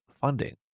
funding